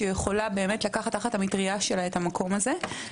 שיכולה באמת לקחת תחת המטריה שלה את המקום הזה,